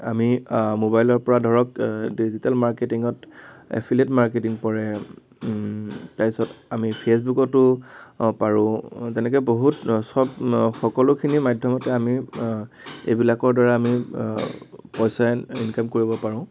আমি মোবাইলৰপৰা ধৰক ডিজিটেল মাৰ্কেটিঙত এফিলেত মাৰ্কেটিং পৰে তাৰপিছত আমি ফেচবুকতো পাৰোঁ তেনেকৈ বহুত চব সকলোখিনি মাধ্যমতে আমি এইবিলাকৰদ্বাৰা আমি পইচা ইনকাম কৰিব পাৰোঁ